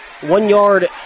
One-yard